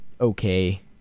okay